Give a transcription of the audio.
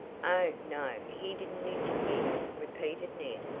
oh, no, he didn't interfere, repeated ned.